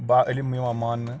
با علِم یِوان مانٛنہٕ